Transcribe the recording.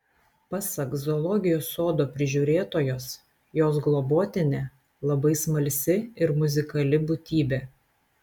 pasak zoologijos sodo prižiūrėtojos jos globotinė labai smalsi ir muzikali būtybė